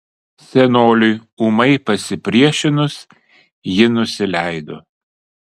senoliui ūmai pasipriešinus ji nusileido